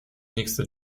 nächste